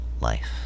life